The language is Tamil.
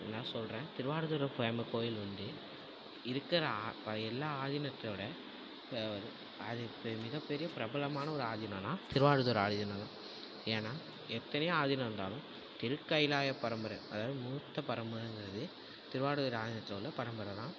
நான் சொல்கிறேன் திருவாவடுதுறை ஃபேமஸ் கோயில் வந்து இருக்கிற எல்லா ஆதீனத்தோடு இப்போ அது இப்போ மிகப் பெரிய பிரபலமான ஒரு ஆதீனோன்னா திருவாவடுதுறை ஆதீனம் தான் ஏன்னால் எத்தனையோ ஆதீனம் இருந்தாலும் திருக்கைலாய பரம்பரை அதாவது மூத்த பரம்பரைங்கிறது திருவாவடுதுறை ஆதீனத்தோடய பரம்பரை தான்